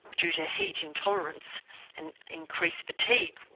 due to heat intolerance and increased fatigue,